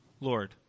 Lord